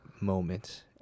moment